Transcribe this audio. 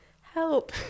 help